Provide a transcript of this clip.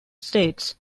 states